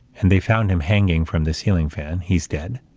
and they found him hanging from the ceiling fan, he's dead.